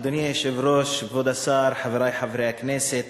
אדוני היושב-ראש, כבוד השר, חברי חברי הכנסת,